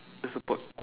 the support